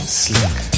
slick